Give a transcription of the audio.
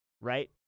right